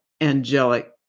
angelic